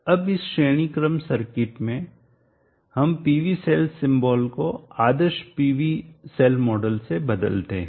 अब इस श्रेणी क्रम सर्किट में हम PV सेल सिंबॉल प्रतीक को आदर्श PV सेल मॉडल से बदलते हैं